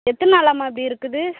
எத்தனை நாளாகம்மா இப்படி இருக்குது